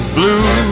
blue